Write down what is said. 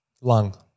Lung